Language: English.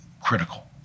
critical